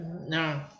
no